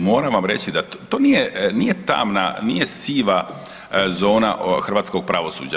Moram vam reći da to nije tamna, nije siva zona hrvatskog pravosuđa.